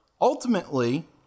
Ultimately